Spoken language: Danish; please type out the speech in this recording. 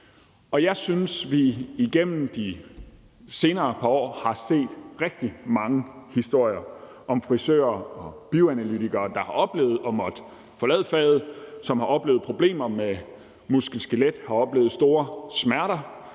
syg. Jeg synes, at vi igennem de senere år har hørt rigtig mange historier om frisører og bioanalytikere, der har måttet forlade faget, som har oplevet problemer med muskel- og skeletlidelser, og som har oplevet store smerter,